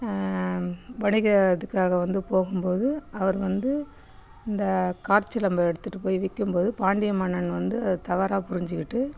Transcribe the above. வணிக இதுக்காக வந்து போகும் போது அவர் வந்து இந்த காற்சிலம்பை எடுத்துகிட்டு போய் விற்கும்போது பாண்டிய மன்னன் வந்து தவறாக புரிஞ்சுக்கிட்டு